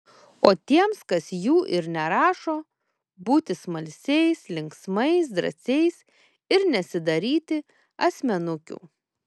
o tiems kas jų ir nerašo būti smalsiais linksmais drąsiais ir nesidaryti asmenukių